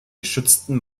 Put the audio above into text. geschützten